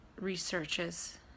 researches